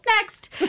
next